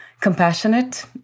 compassionate